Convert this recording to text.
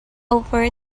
offer